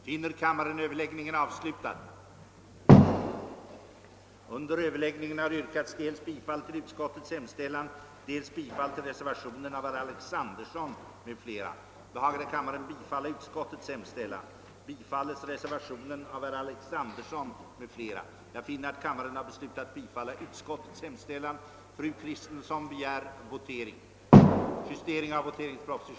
Utskottets hemställan under detta moment företas till avgörande på sådant sätt att propositioner först ställs särskilt i fråga om de skilda motionsyrkanden till vilka under överläggningen yrkats bifall och därefter i fråga om utskottets hemställan i övrigt.